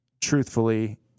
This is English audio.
truthfully